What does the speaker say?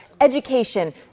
Education